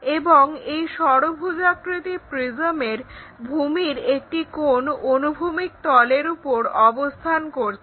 এবং এই ষড়ভুজাকৃতি প্রিজমের ভূমির একটি কোণ অনুভূমিক তলের উপর অবস্থান করছে